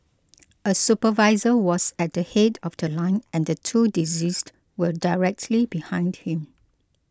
a supervisor was at the head of The Line and the two deceased were directly behind him